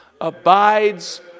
abides